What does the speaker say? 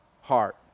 heart